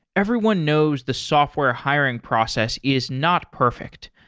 everyone knows the software hiring process is not perfect.